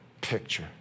picture